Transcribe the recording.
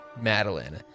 Madeline